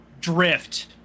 drift